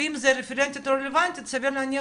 ואם זה רפרנטית רלוונטית סביר להניח